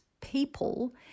people